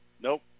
Nope